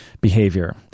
behavior